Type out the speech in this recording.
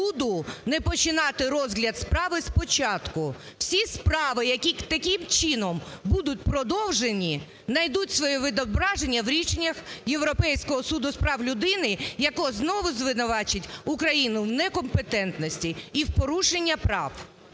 суду не починати розгляд справи спочатку. Всі справи, які таким чином будуть продовжені, найдуть своє відображення в рішеннях Європейського суду з прав людини, які знову звинуватять Україну в некомпетентності і в порушення прав.